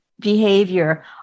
behavior